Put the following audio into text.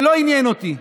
ולא עניין אותי,